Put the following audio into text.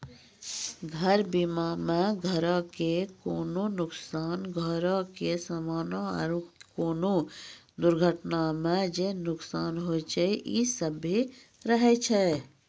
घर बीमा मे घरो के कोनो नुकसान, घरो के समानो आरु कोनो दुर्घटना मे जे नुकसान होय छै इ सभ्भे रहै छै